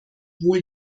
wohl